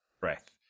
breath